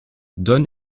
donne